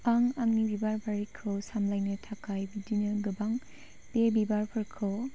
आं आंनि बिबार बारिखौ सामलायनो थाखाय बिदिनो गोबां बे बिबारफोरखौ